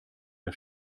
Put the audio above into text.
der